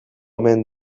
omen